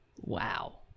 Wow